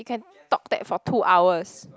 we can talk that for two hours